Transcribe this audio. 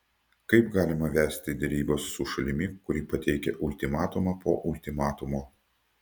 kaip galima vesti derybas su šalimi kuri pateikia ultimatumą po ultimatumo